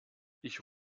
ich